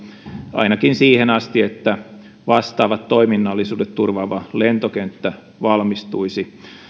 ainakin siihen asti että vastaavat toiminnallisuudet turvaava lentokenttä valmistuisi